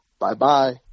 Bye-bye